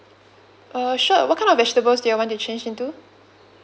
uh sure what kind of vegetables do you all want to change into